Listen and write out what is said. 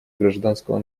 гражданского